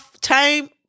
time